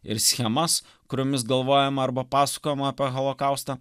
ir schemas kuriomis galvojama arba pasakojama apie holokaustą